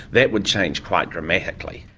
that would change quite dramatically.